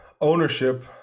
ownership